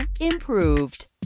improved